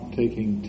taking